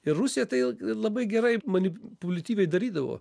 ir rusija tai labai gerai manipuliatyviai darydavo